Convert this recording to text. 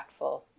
impactful